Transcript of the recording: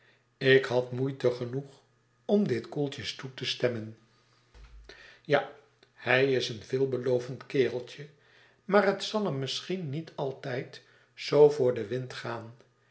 ik had moeite genoeg om dit koeltjes toe te stemmen ja hij is een veelbelovend kereltje maar het zal hem misschien niet altijd zoo voor den wind gaan